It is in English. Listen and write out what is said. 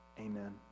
Amen